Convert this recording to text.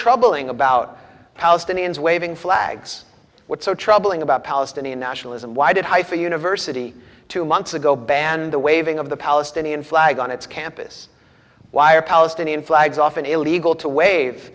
troubling about palestinians waving flags what's so troubling about palestinian nationalism why did heifer university two months ago ban the waving of the palestinian flag on its campus why are palestinian flags often illegal to wave